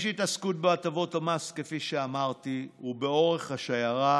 יש התעסקות בהטבות המס, כפי שאמרתי, ובאורך השיירה